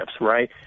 right